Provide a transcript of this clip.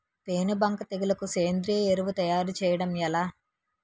పేను బంక తెగులుకు సేంద్రీయ ఎరువు తయారు చేయడం ఎలా?